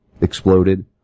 exploded